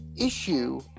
issue